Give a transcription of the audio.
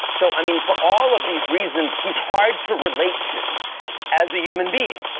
so, i mean, for all of these reasons, he's hard to relate to as a human being,